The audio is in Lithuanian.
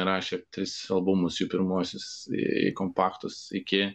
įrašė tris albumus į pirmuosius į kompaktus iki